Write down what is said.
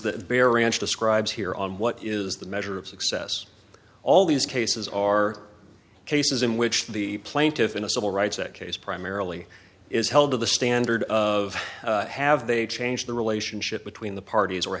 that bear ranch describes here on what is the measure of success all these cases are cases in which the plaintiff in a civil rights act case primarily is held to the standard of have they changed the relationship between the parties